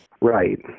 Right